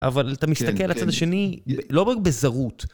אבל אתה מסתכל על הצד השני, לא רק בזרות.